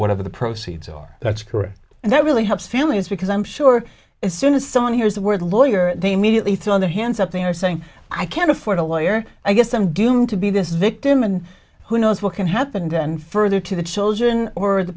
whatever the proceeds are that's correct and that really helps families because i'm sure as soon as someone hears the word lawyer they immediately throw their hands up they're saying i can't afford a lawyer i guess i'm doomed to be this victim and who knows what can happen then further to the children or the